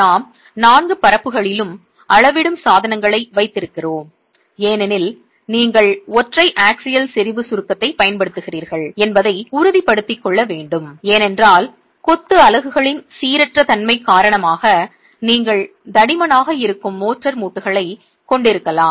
நாம் 4 பரப்புகளிலும் அளவிடும் சாதனங்களை வைத்திருக்கிறோம் ஏனெனில் நீங்கள் ஒற்றை ஆக்சியல் செறிவு சுருக்கத்தைப் பயன்படுத்துகிறீர்கள் என்பதை உறுதிப்படுத்திக் கொள்ள வேண்டும் ஏனென்றால் கொத்து அலகுகளின் சீரற்ற தன்மை காரணமாக நீங்கள் தடிமனாக இருக்கும் மோர்டார் மூட்டுகளைக் கொண்டிருக்கலாம்